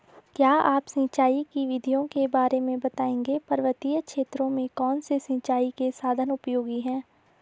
क्या आप सिंचाई की विधियों के बारे में बताएंगे पर्वतीय क्षेत्रों में कौन से सिंचाई के साधन उपयोगी हैं?